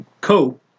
cool